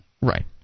Right